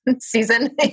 season